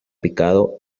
picado